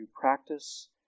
practice